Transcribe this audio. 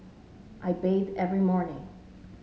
I bathe every morning